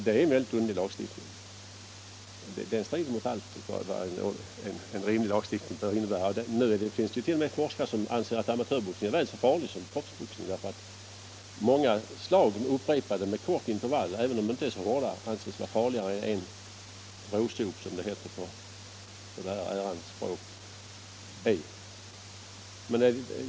Det finns t.o.m. forskare som anser att amatörboxning är väl så farlig som proffsboxning; det anses vara farligare med många slag upprepade med korta intervaller även om de inte är så hårda än med en råsop, som det heter på detta ärans språk.